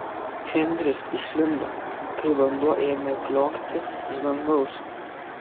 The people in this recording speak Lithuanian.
henris išlindo kai vanduo ėmė kliokti iš dangaus